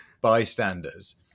bystanders